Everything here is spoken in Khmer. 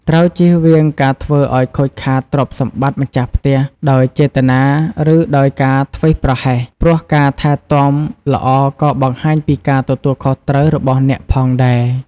ត្រូវជៀសវាងការធ្វើឱ្យខូចខាតទ្រព្យសម្បត្តិម្ចាស់ផ្ទះដោយចេតនា ឬដោយការធ្វេសប្រហែស ព្រោះការថែទាំល្អក៏បង្ហាញពីការទទួលខុសត្រូវរបស់អ្នកផងដែរ។